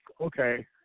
Okay